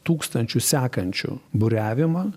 tūkstančių sekančių buriavimą